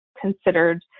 considered